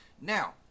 Now